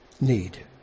need